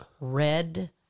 red